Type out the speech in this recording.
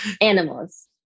Animals